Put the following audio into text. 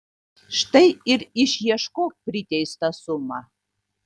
štai ir išieškok priteistą sumą